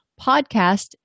podcast